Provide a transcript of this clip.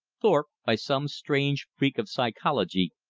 thorpe, by some strange freak of psychology,